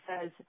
says